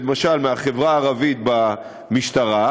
למשל מהחברה הערבית במשטרה,